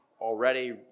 already